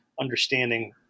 understanding